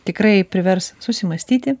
tikrai privers susimąstyti